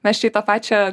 mes čia į tą pačią